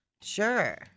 Sure